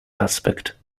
aspect